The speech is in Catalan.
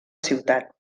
ciutat